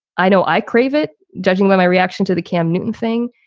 i know i crave it, judging by my reaction to the cam newton thing,